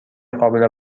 قابل